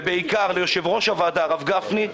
ובעיקר ליושב-ראש הוועדה הרב גפני,